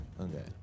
Okay